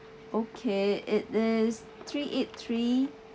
okay it is three eight three